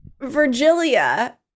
Virgilia